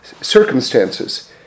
circumstances